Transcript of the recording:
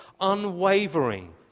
unwavering